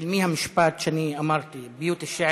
של מי המשפט שאני אמרתי, (אומר בערבית: בתי השיר,